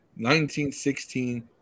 1916